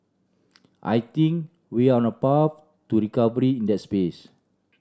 I think we on a path to recovery in that space